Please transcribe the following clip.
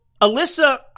Alyssa